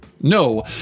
No